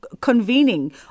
convening